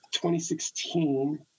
2016